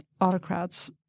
autocrats